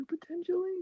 potentially